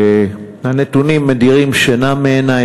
הנתונים מדירים שינה מעיני,